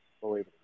believe